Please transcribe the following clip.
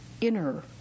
inner